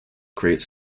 create